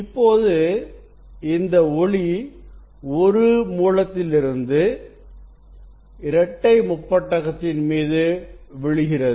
இப்போது இந்த ஒளி ஒரு ஒரு மூலத்திலிருந்து இரட்டை முப்பட்டகத்தின் மீது விழுகிறது